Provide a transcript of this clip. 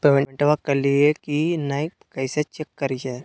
पेमेंटबा कलिए की नय, कैसे चेक करिए?